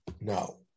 no